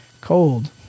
Cold